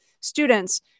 students